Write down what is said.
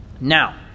Now